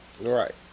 Right